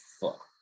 fuck